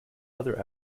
other